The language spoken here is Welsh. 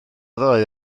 ddoe